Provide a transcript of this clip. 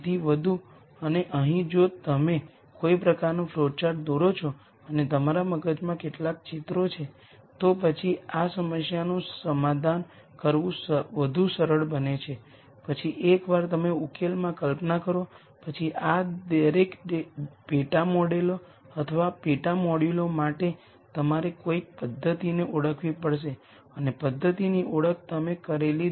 તેથી મેં અહીં જે કર્યું છે તે છે મેં મેટ્રિક્સ A માંથી આ દરેક કોલમને લીધી છે